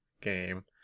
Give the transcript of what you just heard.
game